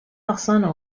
personnes